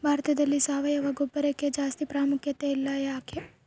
ಭಾರತದಲ್ಲಿ ಸಾವಯವ ಗೊಬ್ಬರಕ್ಕೆ ಜಾಸ್ತಿ ಪ್ರಾಮುಖ್ಯತೆ ಇಲ್ಲ ಯಾಕೆ?